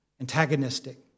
antagonistic